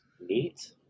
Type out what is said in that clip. Neat